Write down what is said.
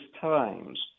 times